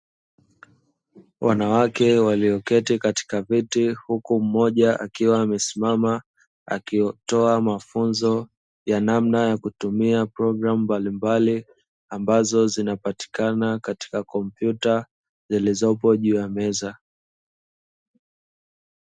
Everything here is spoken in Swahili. Wanawake walioketi katika viti huku mmoja akiwa amesimama akitoa mafunzo ya namna ya kutumia programu mbalimbali, ambazo zinapatikana katika kompyuta zilizopo juu ya meza.